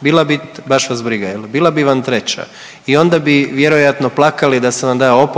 Bila bi, baš vas briga, je li? Bila bi vam treća i onda bi vjerojatno plakali da vam dao